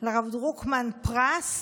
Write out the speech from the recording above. לרב דרוקמן פרס